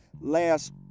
last